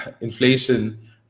inflation